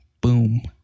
boom